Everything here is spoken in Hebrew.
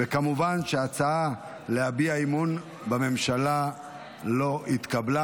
וכמובן שההצעה להביע אי-אמון בממשלה לא התקבלה.